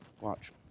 Watch